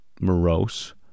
morose